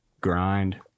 grind